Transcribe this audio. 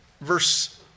Verse